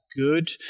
good